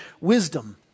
wisdom